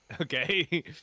Okay